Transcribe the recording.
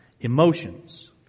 emotions